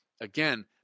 Again